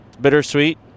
bittersweet